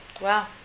Wow